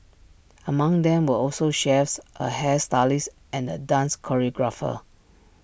among them were also chefs A hairstylist and A dance choreographer